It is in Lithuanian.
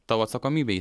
tavo atsakomybėj